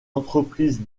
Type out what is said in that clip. entreprises